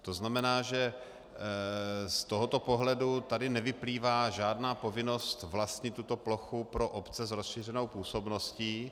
To znamená, že z tohoto pohledu tady nevyplývá žádná povinnost vlastnit tuto plochu pro obce s rozšířenou působností.